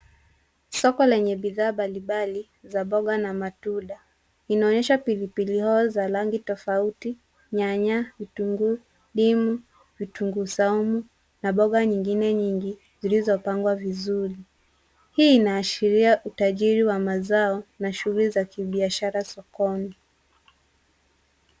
Soko lenye bidhaa mbalimbali za mboga na matunda. Inaonyesha pilipili hoho za rangi tofauti, nyanya, vitunguu, ndimu, vitunguu saumu, na mboga nyingine nyingi, zilizopangwa vizuri. Hii inaashiria utajiri wa mazao na shughuli za kibiashara sokoni.